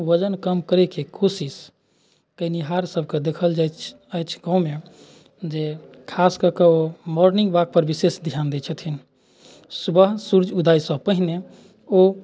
वजन कम करयके कोशिश केनिहार सभकेँ देखल जाइत अछि गाममे जे खास कऽ के ओ मोर्निंग वॉकपर विशेष ध्यान दैत छथिन सुबह सूर्य उदयसँ पहिने ओ